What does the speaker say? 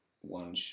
one